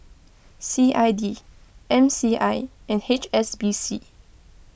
C I D M C I and H S B C